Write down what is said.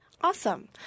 awesome